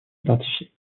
identifiée